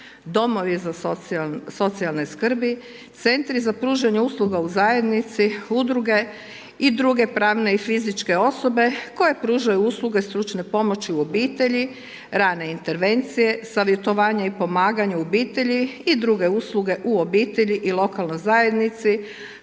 domovi za socijalne skrbi, centri za pružanje usluga u zajednici, udruge i druge pravne i fizičke osobe koje pružaju usluge stručne pomoći u obitelji, rane intervencije, savjetovanja i pomaganja u obitelji i druge usluge u obitelji i lokalnoj zajednici